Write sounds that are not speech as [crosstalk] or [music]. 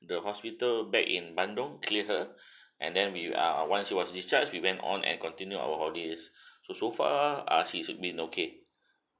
the hospital back in bandung clear her [breath] and then we ah once she was discharged we went on and continue our holidays [breath] so so far ah she's been okay